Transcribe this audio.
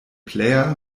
player